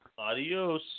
Adios